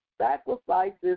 sacrifices